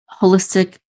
holistic